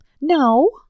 no